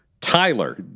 Tyler